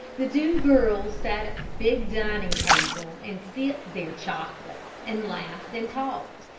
the two girls sat at the big dining table, and sipped their chocolate, and laughed and talked,